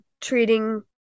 treating